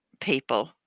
People